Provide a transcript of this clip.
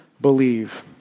believe